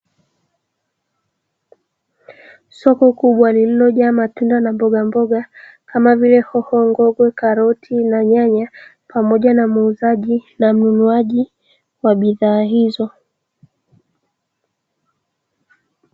Soko kubwa lililojaa matunda na mbogamboga kama vile hoho, ngogwe, karoti na nyanya pamoja na muuzaji na mnunuaji wa bidhaa hizo.